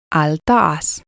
altaas